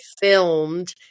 filmed